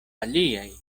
aliaj